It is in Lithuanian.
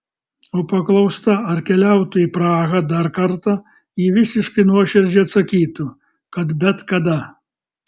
o paklausta ar keliautų į prahą dar kartą ji visiškai nuoširdžiai atsakytų kad bet kada